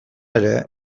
ere